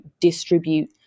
distribute